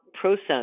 process